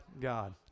God